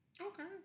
Okay